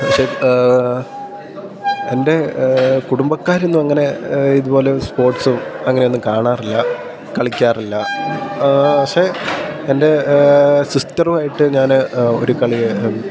പക്ഷെ എൻ്റെ കുടുംബക്കാരൊന്നും അങ്ങനെ ഇതുപോലെ സ്പോർട്സും അങ്ങനെയൊന്നും കാണാറില്ല കളിക്കാറില്ല പക്ഷേ എൻ്റെ സിസ്റ്ററുമായിട്ട് ഞാൻ ഒരു കളി